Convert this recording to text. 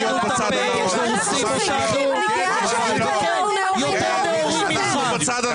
--- יותר נאורים ממך,